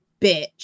bitch